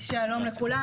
שלום לכולם,